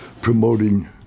promoting